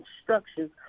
instructions